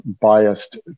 biased